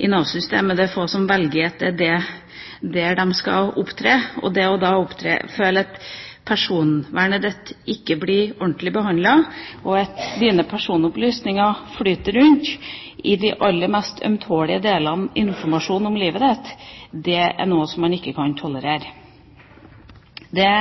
i Nav-systemet, det er få som velger at det er der de skal opptre, og det da å føle at personvernet ditt ikke blir ordentlig behandlet, og at dine personopplysninger flyter rundt, den aller mest ømtålige informasjon om livet ditt, er noe man ikke kan tolerere. Det